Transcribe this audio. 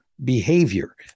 behavior